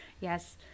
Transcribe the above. Yes